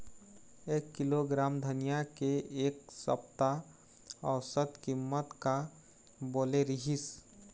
एक किलोग्राम धनिया के एक सप्ता औसत कीमत का बोले रीहिस?